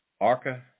Arca